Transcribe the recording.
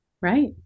Right